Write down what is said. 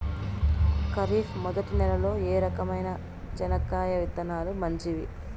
ఖరీఫ్ మొదటి నెల లో ఏ రకమైన చెనక్కాయ విత్తనాలు మంచివి